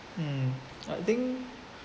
mm I think